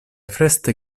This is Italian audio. feste